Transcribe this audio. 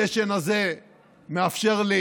הדשן הזה מאפשר לי